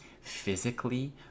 physically